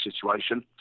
situation